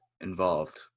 involved